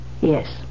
Yes